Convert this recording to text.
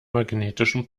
magnetischen